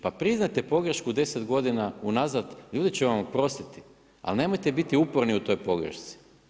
Pa priznajte pogrešku 10 godina unazad, ljudi će vam oprostiti ali nemojte biti uporni u toj pogrešci.